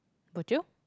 bojio